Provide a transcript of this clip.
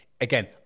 again